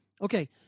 okay